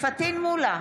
פטין מולא,